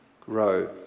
grow